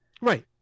Right